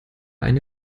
eine